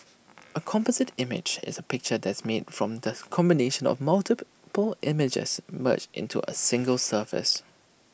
A composite image is A picture that's made from the combination of multiple pore images merged into A single surface